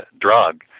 drug